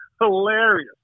Hilarious